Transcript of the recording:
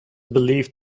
believed